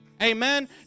Amen